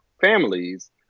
families